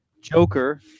Joker